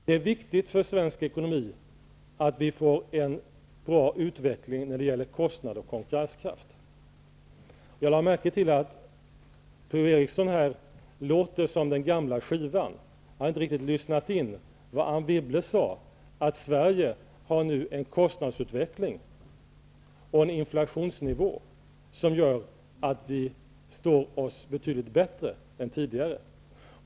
Det är viktigt för svensk ekonomi att det blir en bra utveckling när det gäller kostnader och konkurrenskraft. Jag lade märke till att Per-Ola Eriksson lät som den gamla grammofonskivan. Han hade inte riktigt tagit till sig vad Anne Wibble sade, att Sverige nu har en kostnadsutveckling och en inflationsnivå som gör att vi står oss betydligt bättre än tidigare.